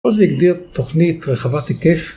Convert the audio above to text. עוז הגדיר תוכנית רחבת היקף.